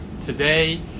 Today